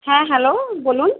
হ্যাঁ হ্যালো বলুন